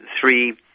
three